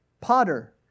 Potter